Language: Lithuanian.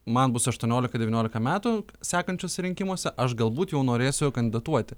man bus aštuoniolika devyniolika metų sekančiuose rinkimuose aš galbūt jau norėsiu kandidatuoti